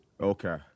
Okay